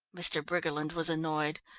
mr. briggerland was annoyed.